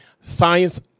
science